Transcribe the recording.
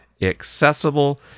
accessible